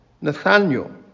Nathaniel